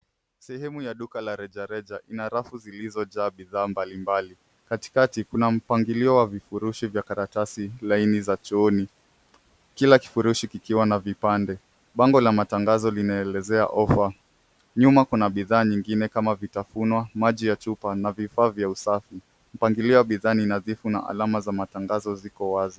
Sehemu ya duka la rejareja ina rafu zilizojaa bidhaa mbalimbali. Katikati kuna mpangilio wa vifurushi vya karatasi laini za chooni kila kifurushi kikiwa na vipande. Bango la matangazo linaelezea ofa. Nyuma kuna bidhaa nyingine kama vitafuno, maji ya chupa na vifaa vya usafi. Mpangilio wa bidhaa ni nadhifu na alama za matangazo ziko wazi.